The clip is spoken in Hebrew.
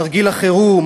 תרגיל החירום,